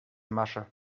masche